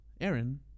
Aaron